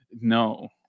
No